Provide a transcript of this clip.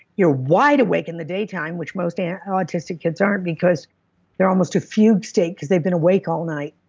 you're wide awake in the daytime, which most and autistic kids aren't because they're almost a fugue state because they've been awake all night.